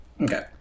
Okay